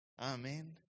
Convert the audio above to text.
Amen